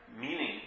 meaning